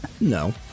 no